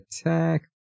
attack